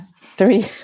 Three